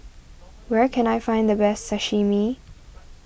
where can I find the best Sashimi